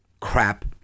crap